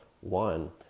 one